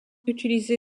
utilisé